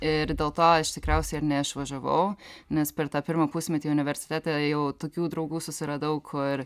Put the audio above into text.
ir dėl to aš tikriausiai ir neišvažiavau nes per tą pirmą pusmetį universitete jau tokių draugų susiradau kur